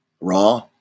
Raw